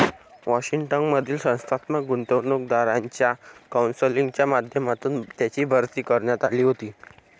Washington मधील संस्थात्मक गुंतवणूकदारांच्या कौन्सिलच्या माध्यमातून त्यांची भरती करण्यात आली होती